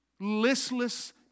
listless